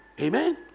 amen